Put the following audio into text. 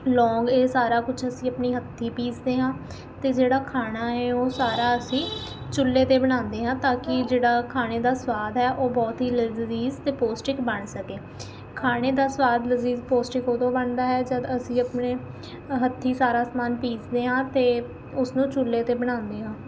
ਲੌਂਗ ਇਹ ਸਾਰਾ ਕੁਛ ਅਸੀਂ ਆਪਣੀ ਹੱਥੀਂ ਪੀਸਦੇ ਹਾਂ ਅਤੇ ਜਿਹੜਾ ਖਾਣਾ ਏ ਉਹ ਸਾਰਾ ਅਸੀਂ ਚੁੱਲੇ 'ਤੇ ਬਣਾਉਂਦੇ ਹਾਂ ਤਾਂ ਕਿ ਜਿਹੜਾ ਖਾਣੇ ਦਾ ਸਵਾਦ ਹੈ ਉਹ ਬਹੁਤ ਹੀ ਲਜ਼ੀਜ਼ ਅਤੇ ਪੌਸ਼ਟਿਕ ਬਣ ਸਕੇ ਖਾਣੇ ਦਾ ਸਵਾਦ ਲਜ਼ੀਜ਼ ਪੌਸ਼ਟਿਕ ਉਦੋਂ ਬਣਦਾ ਹੈ ਜਦੋਂ ਅਸੀਂ ਆਪਣੇ ਹੱਥੀਂ ਸਾਰਾ ਸਮਾਨ ਪੀਸਦੇ ਹਾਂ ਅਤੇ ਉਸਨੂੰ ਚੁੱਲੇ 'ਤੇ ਬਣਾਉਂਦੇ ਹਾਂ